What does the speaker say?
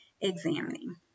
examining